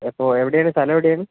ഇത് ഇപ്പോൾ എവിടെ ആണ് സ്ഥലം എവിടെ ആണ്